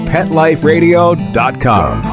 PetLifeRadio.com